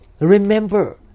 remember